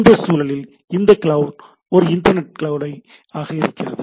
இந்தச் சூழலில் இந்த கிளவுட் ஒரு இன்டர்நெட் கிளவுட் ஆக இருக்கிறது